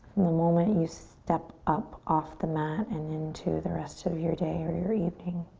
and the moment you step up off the mat and into the rest of your day or your evening.